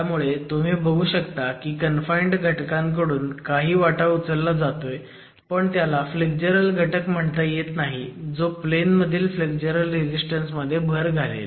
त्यामुळे तुम्ही बघू शकता की कन्फाइनिंग घटकांकडून काही वाटा उचलला जातोय पण त्याला फ्लेग्जरल घटक म्हणता येत नाही जो प्लेन मधील फ्लेग्जरल रेझीस्टन्स मध्ये भर घालेल